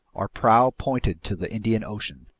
our prow pointed to the indian ocean.